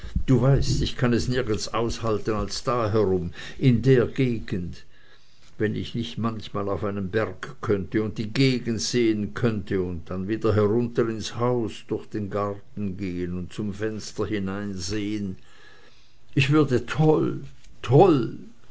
du weißt ich kann es nirgends aushalten als da herum in der gegend wenn ich nicht manchmal auf einen berg könnte und die gegend sehen könnte und dann wieder herunter ins haus durch den garten gehn und zum fenster hineinsehn ich würde toll toll